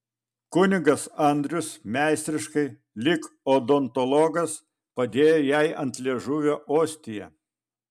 kunigas andrius meistriškai lyg odontologas padėjo jai ant liežuvio ostiją